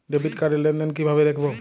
Debit card র লেনদেন কিভাবে দেখবো?